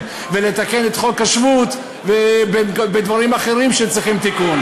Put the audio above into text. ולתקן את חוק השבות בדברים אחרים שצריכים תיקון.